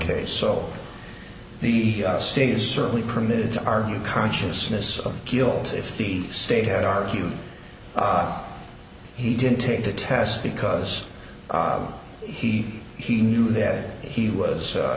case so the state certainly permitted to argue consciousness of guilt if the state had argued he didn't take the test because he he knew that he was